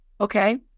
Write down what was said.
okay